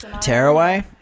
Tearaway